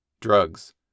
drugs